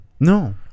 No